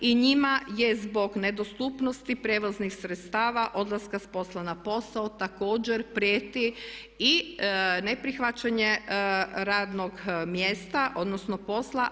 I njima je zbog nedostupnosti prijevoznih sredstava, odlaska s posla na posao također prijeti i neprihvaćanje radnog mjesta, odnosno posla.